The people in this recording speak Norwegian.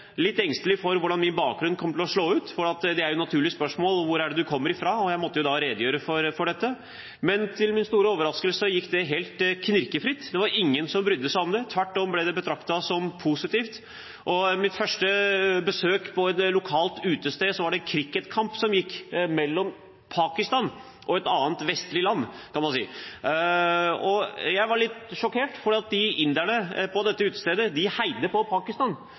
engstelig for hvordan min bakgrunn kom til å slå ut. Det er et naturlig spørsmål: Hvor kommer du fra? Og jeg måtte da redegjøre for dette. Men til min store overraskelse gikk det helt knirkefritt – det var ingen som brydde seg med det. Tvert om ble det betraktet som positivt. Ved mitt første besøk på et lokalt utested var det en cricketkamp som gikk mellom Pakistan og et annet, vestlig land. Jeg ble litt sjokkert, for inderne på dette utestedet heiet på Pakistan!